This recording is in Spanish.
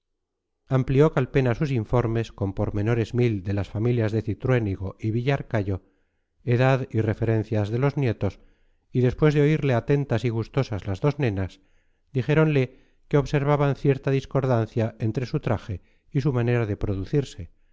amplió calpena sus informes con pormenores mil de las familias de cintruénigo y villarcayo edad y referencias de los nietos y después de oírle atentas y gustosas las dos nenas dijéronle que observaban cierta discordancia entre su traje y su manera de producirse